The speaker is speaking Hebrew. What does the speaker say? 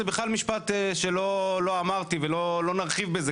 זה בכלל משפט שלא אמרתי" ולא נרחיב בזה,